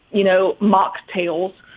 you know, mocktails.